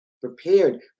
prepared